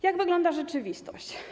Jak wygląda rzeczywistość?